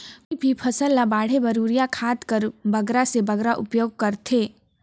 कोई भी फसल ल बाढ़े बर युरिया खाद कर बगरा से बगरा उपयोग कर थें?